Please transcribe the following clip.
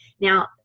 Now